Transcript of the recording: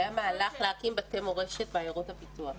היה מהלך להקים בתי מורשת בעיירות הפיתוח.